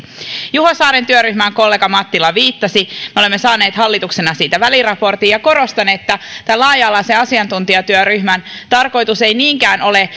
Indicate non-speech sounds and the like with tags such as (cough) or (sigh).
juho saaren työryhmään kollega mattila viittasi me olemme saaneet hallituksena työryhmän väliraportin ja korostan että tämän laaja alaisen asiantuntijaryhmän tarkoitus ei niinkään ole (unintelligible)